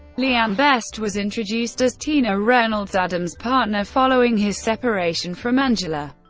leanne best was introduced as tina reynolds, adam's partner following his separation from angela.